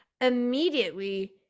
immediately